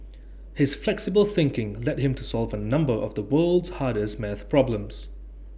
his flexible thinking led him to solve A number of the world's hardest maths problems